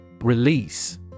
Release